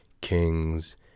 kings